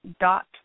dot